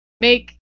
make